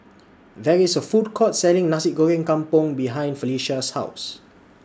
There IS A Food Court Selling Nasi Goreng Kampung behind Felicia's House